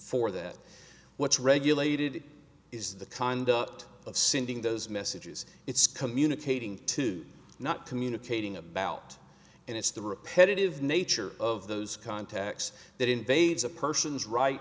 for that what's regulated is the kind of sending those messages it's communicating to not communicating about and it's the repetitive nature of those contacts that invades a person's right